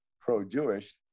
pro-jewish